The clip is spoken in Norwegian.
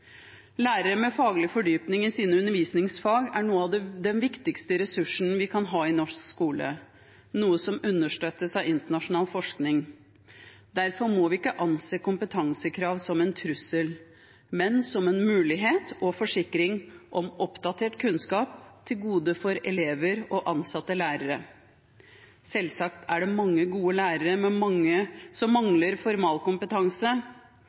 Lærere med faglig fordypning i sine undervisningsfag er den viktigste ressursen vi kan ha i norsk skole, noe som understøttes av internasjonal forskning. Derfor må vi ikke anse kompetansekrav som en trussel, men som en mulighet og en forsikring om oppdatert kunnskap – til gode for elever og ansatte lærere. Selvsagt er det mange gode lærere som mangler formalkompetanse, men med